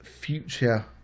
future